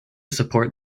support